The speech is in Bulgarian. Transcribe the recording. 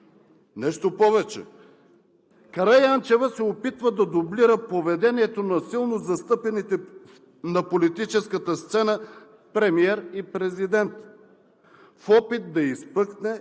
Нещо повече, Караянчева се опитва да дублира поведението на силно застъпените на политическата сцена премиер и президент в опит да изпъкне